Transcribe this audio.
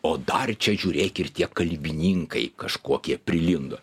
o dar čia žiūrėk ir tie kalbininkai kažkokie prilindo